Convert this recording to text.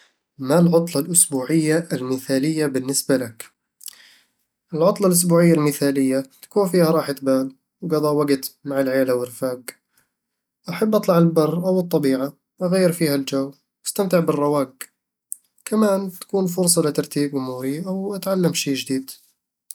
ما العطلة الأسبوعية المثالية بالنسبة لك؟ العطلة الأسبوعية المثالية تكون فيها راحة بال وقضاء وقت مع العيلة والرفاق أحب أطلع البرّ أو الطبيعة، أغير فيها الجو وأستمتع بالرواق وكمان تكون فرصة لترتيب أموري أو أتعلم شي جديد